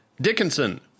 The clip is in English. Dickinson